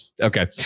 Okay